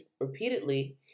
repeatedly